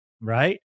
right